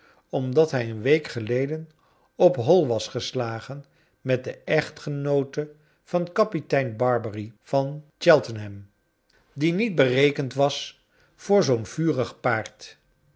omdat hij een week geleden op hoi was geslagen met de echtgenoote van kapitein barbary van cheltenham die niet berekend was t voor zoo'n vurig paard